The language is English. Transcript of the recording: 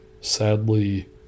sadly